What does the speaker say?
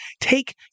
take